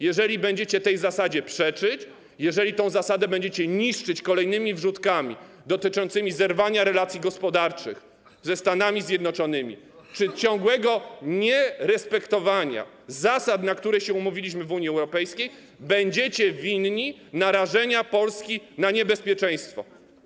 Jeżeli będziecie tej zasadzie przeczyć, jeżeli tę zasadę będziecie niszczyć kolejnymi wrzutkami dotyczącymi zerwania relacji gospodarczych ze Stanami Zjednoczonymi czy ciągłego nierespektowania zasad, na które się umówiliśmy w Unii Europejskiej, będziecie winni narażenia Polski na niebezpieczeństwo.